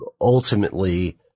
ultimately